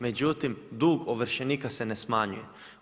Međutim, dug ovršenika se ne smanjuje.